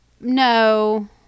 no